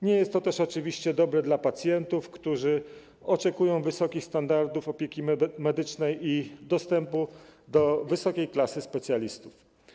Nie jest to też oczywiście dobre dla pacjentów, którzy oczekują wysokich standardów opieki medycznej i dostępu do wysokiej klasy specjalistów.